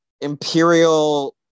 Imperial